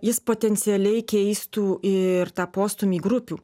jis potencialiai keistų ir tą postūmį grupių